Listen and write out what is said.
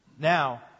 Now